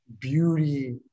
beauty